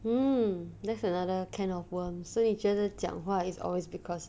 hmm that's another can of worms so 你觉得讲话 is always because